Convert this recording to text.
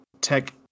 tech